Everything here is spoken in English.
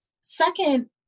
Second